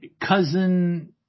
cousin